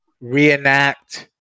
reenact